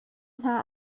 hna